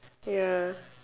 ya